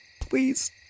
Please